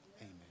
Amen